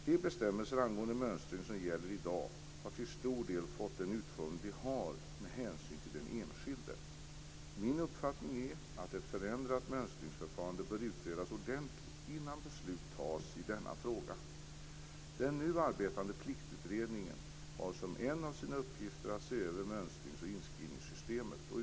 De bestämmelser angående mönstring som gäller i dag har till stor del fått den utformning de har med hänsyn till den enskilde. Min uppfattning är att ett förändrat mönstringsförfarande bör utredas ordentligt innan beslut tas i denna fråga. Den nu arbetande Pliktutredningen har som en av sina uppgifter att se över mönstrings och inskrivningssystemet.